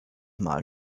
mal